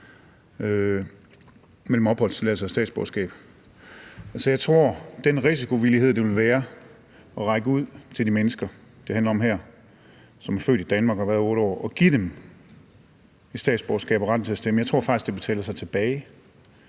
mellem opholdstilladelse og statsborgerskab, så jeg tror, at den risikovillighed, det vil være at række ud til de mennesker, det handler om her, som er født i Danmark og har været her i 8 år, og give dem et statsborgerskab og retten til at stemme, betaler sig tilbage